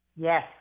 Yes